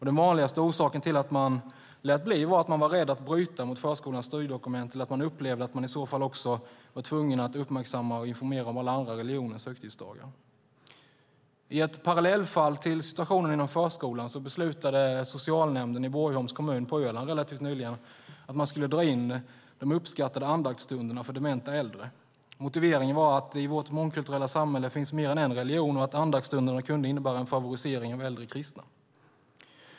Den vanligaste orsaken till att man lät bli var att man var rädd att bryta mot förskolans styrdokument eller att man upplevde att man var tvungen att uppmärksamma och informera om alla andra religioners högtidsdagar. I ett parallellfall till situationen inom förskolan beslutade Socialnämnden i Borgholms kommun på Öland relativt nyligen att man skulle dra in de uppskattade andaktsstunderna för dementa äldre. Motiveringen var att i vårt mångkulturella samhälle finns mer än en religion och att andaktsstunderna kunde innebära en favorisering av äldre kristna.